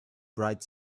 bright